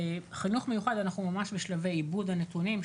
חינוך מיוחד אנחנו ממש בשלבי עיבוד הנתונים,